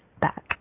back